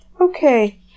Okay